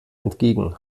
entgegen